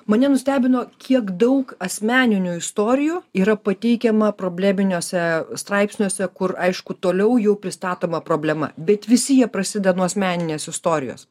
mane nustebino kiek daug asmeninių istorijų yra pateikiama probleminiuose straipsniuose kur aišku toliau jau pristatoma problema bet visi jie prasideda nuo asmeninės istorijos